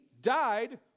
died